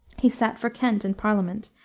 he sat for kent in parliament,